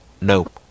nope